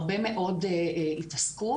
הרבה מאוד התעסקות.